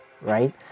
right